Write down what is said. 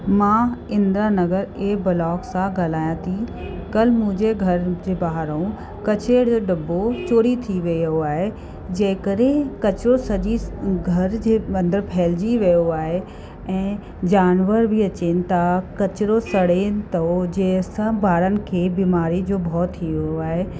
मां Indra Nagar A block सां ॻाल्हायां थी कल्ह मुंहिंजे घर जे ॿाहिरां किचिरे जो दॿो चोरी थी वियो आहे जंहिं करे किचिरो सॼे घर जे अंदरि फ़हिलजी वियो आहे ऐं जानवर बि अचेनि था किचिरो सड़ेनि थो जंहिं सां ॿारनि खे बीमारीअ जो भउ थी वियो आहे